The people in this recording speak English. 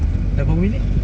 dah berapa minit